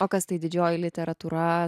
o kas tai didžioji literatūra